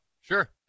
Sure